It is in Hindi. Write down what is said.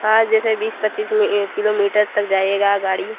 हाँ जैसे बीस पच्चीस किलोमीटर तक जाएगा गाड़ी